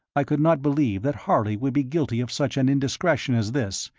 i could not believe that harley would be guilty of such an indiscretion as this,